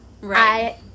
Right